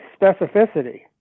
specificity